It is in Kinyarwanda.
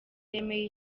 yemeye